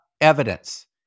evidence